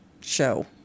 show